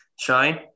Shine